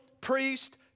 priest